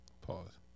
Pause